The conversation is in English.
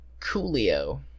Coolio